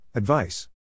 Advice